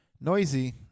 Noisy